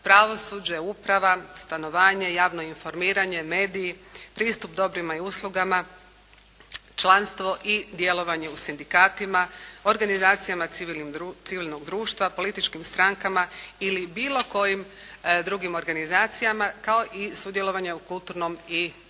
pravosuđe, uprava, stanovanje, javno informiranje, mediji, pristup dobrima i uslugama, članstvo i djelovanje u sindikatima, organizacijama civilnog društva, političkim strankama ili bilo kojim drugim organizacijama, kao i sudjelovanje u kulturnom i umjetničkom